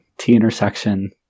T-intersection